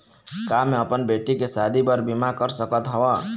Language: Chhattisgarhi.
का मैं अपन बेटी के शादी बर बीमा कर सकत हव?